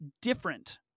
Different